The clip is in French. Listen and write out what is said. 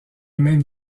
même